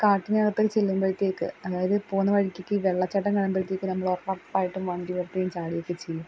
കാട്ടിനകത്തൊക്കെ ചെല്ലുമ്പോഴത്തേക്ക് അതായത് പോകുന്ന വഴിക്കൊക്കെയീ വെള്ളച്ചാട്ടം കാണുമ്പോഴത്തേക്ക് നമ്മളുറപ്പായിട്ടും വണ്ടി നിർത്തുകയും ചാടുകയൊക്കെച്ചെയ്യും